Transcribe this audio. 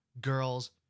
girls